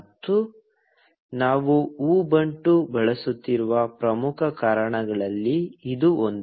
ಮತ್ತು ನಾವು ಉಬುಂಟು ಬಳಸುತ್ತಿರುವ ಪ್ರಮುಖ ಕಾರಣಗಳಲ್ಲಿ ಇದು ಒಂದು